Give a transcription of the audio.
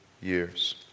years